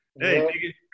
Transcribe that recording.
Hey